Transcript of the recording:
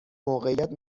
موقعیت